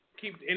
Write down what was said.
keep